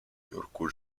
нюрку